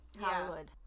Hollywood